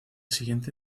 siguiente